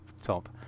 top